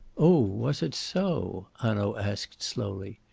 oh was it so? hanaud asked slowly.